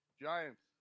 Giants